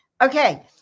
Okay